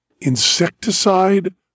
insecticide